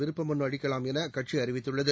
விருப்பமனு அளிக்கலாம் என அக்கட்சி அறிவித்துள்ளது